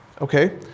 Okay